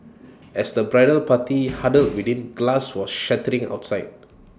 as the bridal party huddled within glass was shattering outside